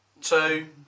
two